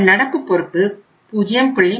இந்த நடப்பு பொறுப்பு 0